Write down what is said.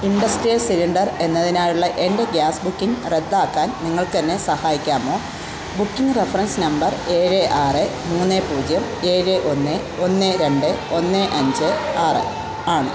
industrial cylinder എന്നതിനായുള്ള എൻ്റെ gas booking റദ്ദാക്കാൻ നിങ്ങൾക്ക് എന്നെ സഹായിക്കാമോ ബുക്കിംഗ് റഫറൻസ് നമ്പർ ഏഴ് ആറ് മൂന്ന് പൂജ്യം ഏഴ് ഒന്ന് ഒന്ന് രണ്ട് ഒന്ന് അഞ്ച് ആറ് ആണ്